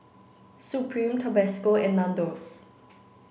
Supreme Tabasco and Nandos